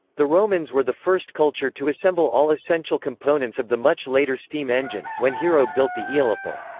the romans were the first culture to assemble all essential components of the much later steam engine, when hero built the aeolipile.